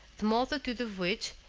the multitude of which,